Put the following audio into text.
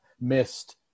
missed –